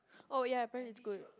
oh ya your parents is good